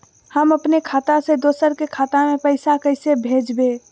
हम अपने खाता से दोसर के खाता में पैसा कइसे भेजबै?